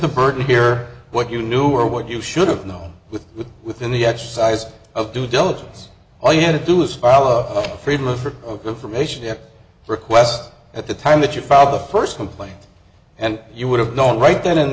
the burden here what you knew or what you should have known with with within the exercise of due diligence all you had to do is file a freedom of from the from a ship request at the time that you filed the first complaint and you would have known right then and